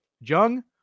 Jung